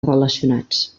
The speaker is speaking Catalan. relacionats